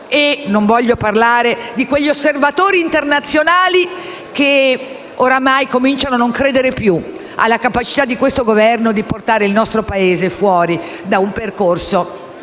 Senza parlare poi degli osservatori internazionali, che ormai cominciano a non credere più alla capacità di questo Governo di portare il nostro Paese fuori da un percorso